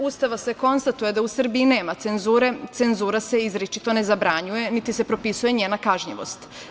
Ustava konstatuje da u Srbiji nema cenzure, cenzura se izričito ne zabranjuje, niti se propisuje njena kažnjivost.